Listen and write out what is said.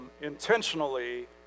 intentionally